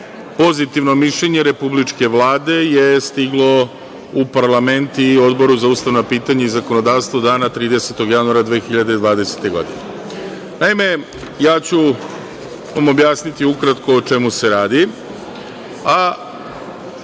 Pozitivno mišljene Republičke vlade je stiglo u parlament i Odboru za ustavna pitanja i zakonodavstvo dana 30. januara 2020. godine. Naime, ja ću vam objasniti ukratko o čemu se radi,